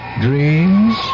dreams